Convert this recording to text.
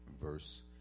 verse